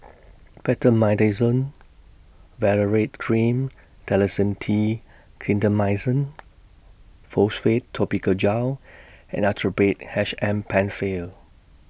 Betamethasone Valerate Cream Dalacin T Clindamycin Phosphate Topical Gel and Actrapid H M PenFill